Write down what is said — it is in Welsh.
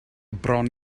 bron